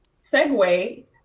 segue